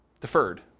Deferred